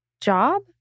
job